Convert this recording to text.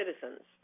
citizens